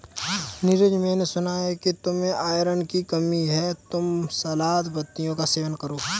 नीरज मैंने सुना कि तुम्हें आयरन की कमी है तुम सलाद पत्तियों का सेवन करो